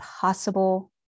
possible